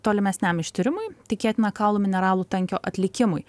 tolimesniam ištyrimui tikėtina kaulų mineralų tankio atlikimui